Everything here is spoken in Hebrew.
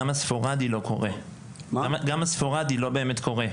גם הספורדי לא באמת קורה.